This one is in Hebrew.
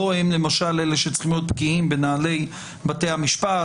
הם למשל אלה שצריכים להיות בקיאים בנהלי בתי המשפט